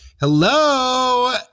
hello